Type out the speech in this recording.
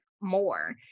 more